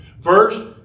First